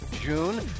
June